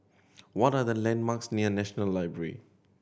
what are the landmarks near National Library